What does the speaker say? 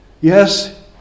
Yes